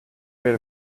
rid